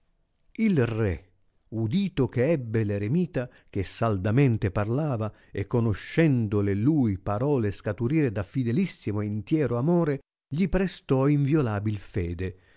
il re udito che ebbe l'eremita che saldamente parlava e conoscendo le lui parole scaturire da fidelissimo e intiero amore gli prestò inviolabil fede